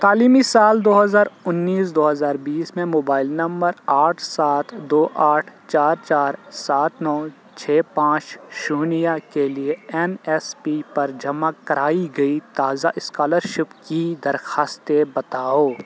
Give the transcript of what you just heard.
تعلیمی سال دو ہزار انیس دو ہزار بیس میں موبائل نمبر آٹھ سات دو آٹھ چار چار سات نو چھ پانچ شونیہ کے لیے این ایس پی پر جمع کرائی گئی تازہ اسکالرشپ کی درخواستیں بتاؤ